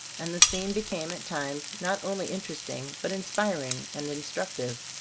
and the scene became at times not only in teresting, but inspiring and instruc tive.